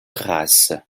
grasse